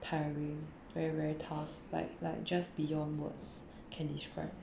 tiring very very tough like like just beyond words can describe